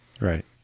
right